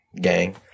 gang